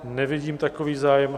Nevidím takový zájem.